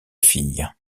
filles